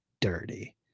dirty